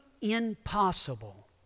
impossible